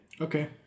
Okay